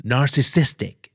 Narcissistic